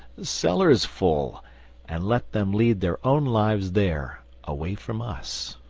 cellars-full and let them lead their own lives there away from us.